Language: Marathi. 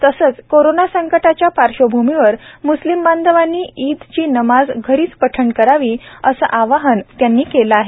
तसेच कोरोना संकटाच्या पार्श्वभूमीवर मुस्लिम बांधवांनी ईदची नमाज घरीच पठण करावी असे आवाहन त्यांनी केले आहे